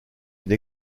une